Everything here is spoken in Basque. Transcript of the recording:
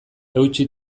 eutsi